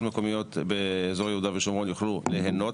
מקומיות באזור יהודה ושומרון יוכלו ליהנות